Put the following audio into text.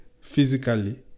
physically